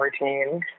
routine